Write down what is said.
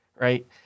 right